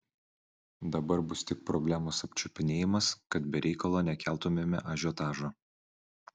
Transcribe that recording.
dabar bus tik problemos apčiupinėjimas kad be reikalo nekeltumėme ažiotažo